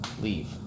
leave